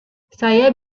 saya